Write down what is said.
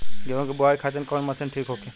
गेहूँ के बुआई खातिन कवन मशीन ठीक होखि?